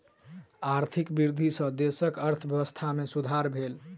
आर्थिक वृद्धि सॅ देशक अर्थव्यवस्था में सुधार भेल